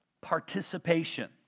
participation